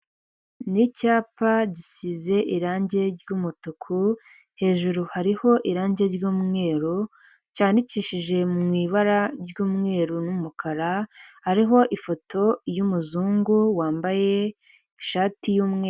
Ni icyapa gisize irangi ry'umutuku, hejuru hariho irange ry'umweru, cyandikishije mu ibara ry'umweru n'umukara. Hariho ifoto y'umuzungu wambaye ishati y'umweru.